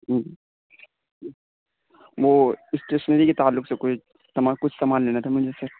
ہوں وہ اسٹیشنری کے تعلق سے کوئی کچھ سامان لینا تھا مجھے سر